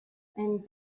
and